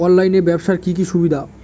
অনলাইনে ব্যবসার কি কি অসুবিধা?